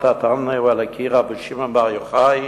התנא האלוקי רבי שמעון בר יוחאי,